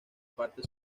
parte